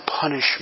punishment